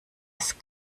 ist